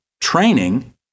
training